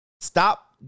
Stop